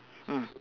mm